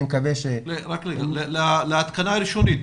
להתקנה הראשונית.